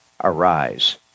Arise